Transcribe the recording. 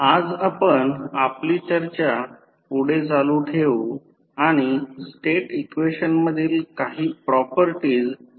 तर त्या आधारे आपण पुढे जाऊ या म्हणजे ही मंडल आकृती आहे हा कमी व्होल्टेजच्या बाजूचा संदर्भ आहे